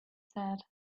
said